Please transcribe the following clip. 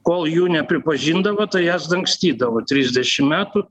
kol jų nepripažindavo tai jas dangstydavo trisdešimt metų